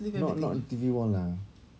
not not the T_V wall lah